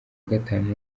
gatanu